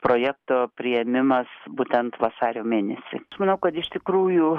projekto priėmimas būtent vasario mėnesį manau kad iš tikrųjų